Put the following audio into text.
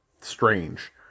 strange